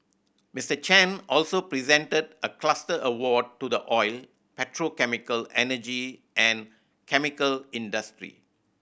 Mister Chan also presented a cluster award to the oil petrochemical energy and chemical industry